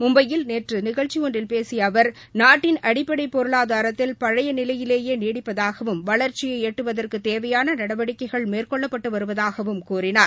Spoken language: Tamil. மும்பையில் நேற்று நிகழ்ச்சி ஒன்றில் பேசிய அவர் நாட்டின் அடிப்படை பொருளாதாரத்தில் பழைய நிலையே நீடிப்பதாகவும் வளர்ச்சியை எட்டுவதற்கு தேவையான நடவடிக்கைகள் மேற்கொள்ளப்பட்டு வருவதாகவும் கூறினார்